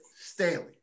Staley